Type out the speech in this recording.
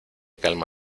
calma